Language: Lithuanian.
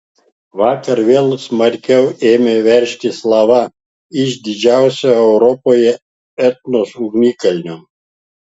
vakar vėl smarkiau ėmė veržtis lava iš didžiausio europoje etnos ugnikalnio